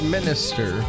Minister